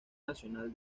nacional